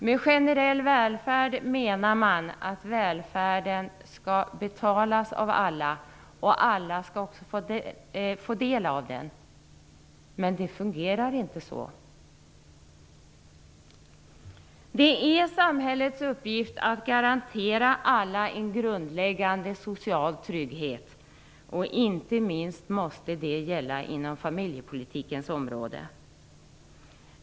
Med generell välfärd menar man att välfärden skall betalas av alla och att alla skall få del av den. Men det fungerar inte så. Det är samhällets uppgift att garantera alla en grundläggande social trygghet, inte minst måste det gälla inom familjepolitikens område.